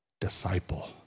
Disciple